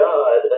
God